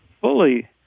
fully